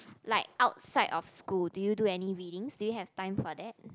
like outside of school do you do any readings do you have time for that